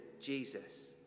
Jesus